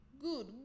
Good